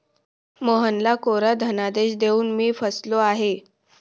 मोहनला कोरा धनादेश देऊन मी फसलो आहे